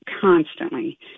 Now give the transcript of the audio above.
constantly